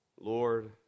Lord